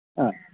ಹಾಂ